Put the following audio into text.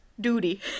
duty